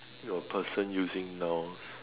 your person using nouns